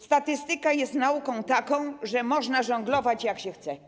Statystyka jest taką nauką, że można żonglować jak się chce.